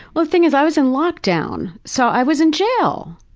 well the thing is, i was in lockdown. so i was in jail.